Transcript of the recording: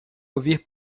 ouvir